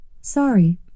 Sorry